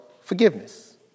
forgiveness